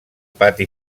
pati